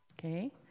Okay